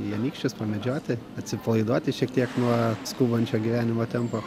į anykščius pamedžioti atsipalaiduoti šiek tiek nuo skubančio gyvenimo tempo